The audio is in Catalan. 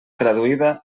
traduïda